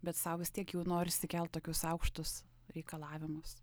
bet sau vis tiek jau norisi kelt tokius aukštus reikalavimus